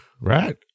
right